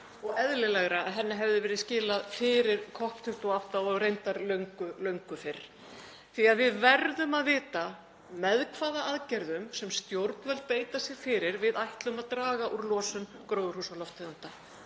og eðlilegra að henni hefði verið skilað fyrir COP28 og reyndar löngu fyrr, því að við verðum að vita með hvaða aðgerðum sem stjórnvöld beita sér fyrir við ætlum að draga úr losun gróðurhúsalofttegunda.